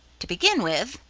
to begin with,